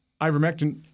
ivermectin